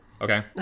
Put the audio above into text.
okay